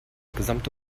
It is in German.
gesamte